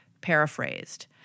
paraphrased